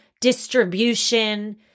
distribution